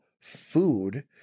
Food